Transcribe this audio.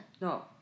No